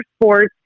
sports